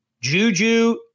Juju